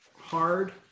hard